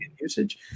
usage